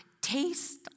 taste